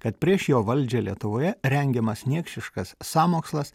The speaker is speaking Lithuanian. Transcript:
kad prieš jo valdžią lietuvoje rengiamas niekšiškas sąmokslas